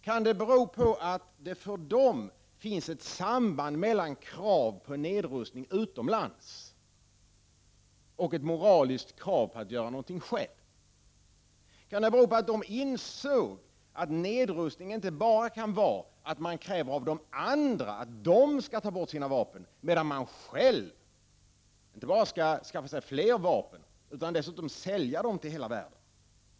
Kan det bero på att det för dem finns ett samband mellan krav på nedrustning utomlands och ett moraliskt krav på att göra någonting själv? Kan det bero på att de insåg att nedrustning inte bara kan vara att man kräver av de andra att de skall ta bort sina vapen, medan man själv inte bara skall skaffa sig fler vapen, utan dessutom sälja dem i hela världen?